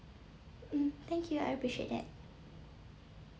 mm thank you I appreciate that